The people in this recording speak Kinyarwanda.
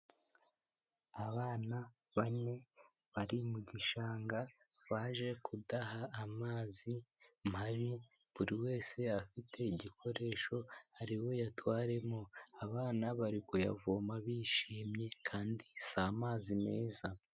Abana bane bari mu gishanga baje kudaha amazi mabi, buri wese afite igikoresho ari buyatwaremo. Abana bari kuyavoma bishimye kandi si amazi meza.